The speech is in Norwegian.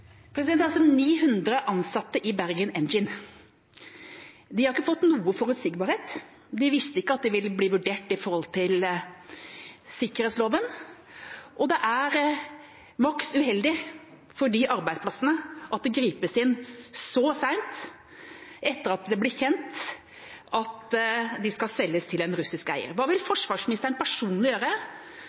900 ansatte i Bergen Engines. De har ikke fått noe forutsigbarhet. De visste ikke at de ville bli vurdert etter sikkerhetsloven, og det er maks uheldig for de arbeidsplassene at det gripes inn så sent etter at det ble kjent at de skal selges til en russisk eier. Hva vil forsvarsministeren personlig gjøre